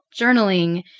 journaling